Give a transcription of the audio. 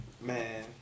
man